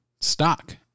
stock